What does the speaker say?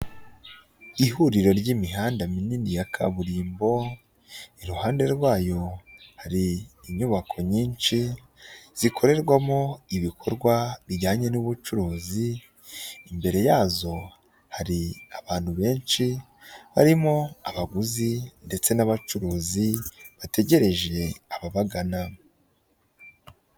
ihuriro ry'imihanda minini ya kaburimbo, iruhande rwayo hari inyubako nyinshi zikorerwamo ibikorwa bijyanye n'ubucuruzi, imbere yazo hari abantu benshi barimo abaguzi ndetse n'abacuruzi bategereje ababagana.